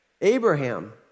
Abraham